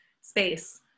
space